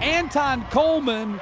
an ton coleman